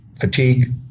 fatigue